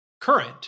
current